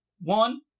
one